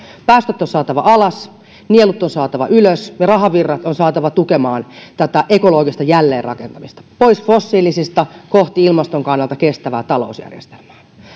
päästöt on saatava alas nielut on saatava ylös ja rahavirrat on saatava tukemaan ekologista jälleenrakentamista pois fossiilisista kohti ilmaston kannalta kestävää talousjärjestelmää